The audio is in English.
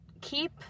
keep